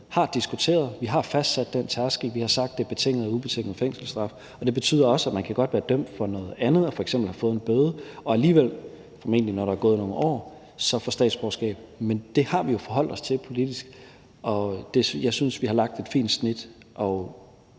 har diskuteret. Vi har fastsat den tærskel; vi har sagt, at det gælder betinget og ubetinget fængselsstraf, og det betyder også, at man godt kan være dømt for noget andet og f.eks. have fået en bøde og alligevel, formentlig når der er gået nogle år, få statsborgerskab. Men det har vi jo forholdt os til politisk, og jeg synes, vi har lagt et fint snit, og